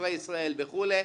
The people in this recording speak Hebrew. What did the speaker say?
עוכרי ישראל וכולי.